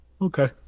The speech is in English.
Okay